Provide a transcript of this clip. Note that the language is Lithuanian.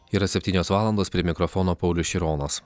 yra septynios valandos prie mikrofono paulius šironas